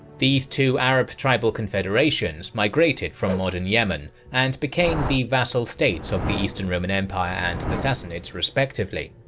these two arab tribal confederations migrated from modern yemen and became the vassal states of the eastern roman empire and the sassanids respectively.